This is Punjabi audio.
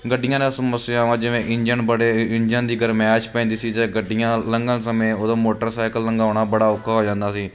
ਗੱਡੀਆਂ ਦੀਆਂ ਸਮੱਸਿਆਵਾਂ ਜਿਵੇਂ ਇੰਜਣ ਬੜੇ ਇੰਜਣ ਦੀ ਗਰਮੈਸ਼ ਪੈਂਦੀ ਸੀ ਅਤੇ ਗੱਡੀਆਂ ਲੰਘਣ ਸਮੇਂ ਉਦੋਂ ਮੋਟਰਸਾਈਕਲ ਲੰਘਾਉਣਾ ਬੜਾ ਔਖਾ ਹੋ ਜਾਂਦਾ ਸੀ